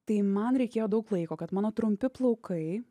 tai man reikėjo daug laiko kad mano trumpi plaukai